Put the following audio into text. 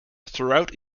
throughout